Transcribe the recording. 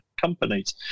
companies